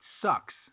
sucks